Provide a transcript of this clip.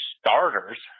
starters